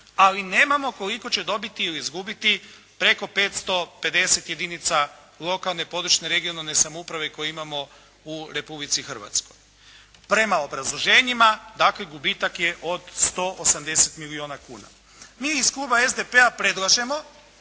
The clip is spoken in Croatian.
ali nemamo koliko će dobiti ili izgubiti preko 550 jedinica lokalne područne (regionalne) samouprave koje imamo u Republici Hrvatskoj. Prema obrazloženjima takav gubitak je od 180 milijuna kuna. Mi iz kluba SDP-a predlažemo